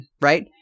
right